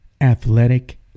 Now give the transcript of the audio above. athletic